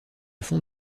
fond